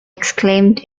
exclaimed